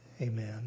Amen